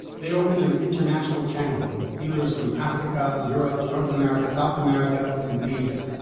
they opened an international channel with dealers from africa, europe, north america, south america and asia.